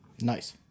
Nice